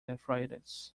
arthritis